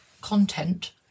content